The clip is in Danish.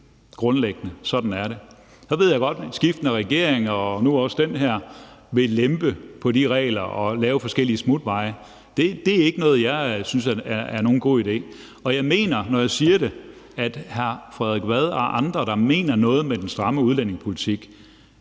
man hjem. Sådan er det. Så ved jeg godt, at skiftende regeringer og nu også den her vil lempe på de regler og lave forskellige smutveje. Det er ikke noget, jeg synes er nogen god idé, og jeg mener det, når jeg siger, at hr. Frederik Vad og andre, der mener noget med den stramme udlændingepolitik,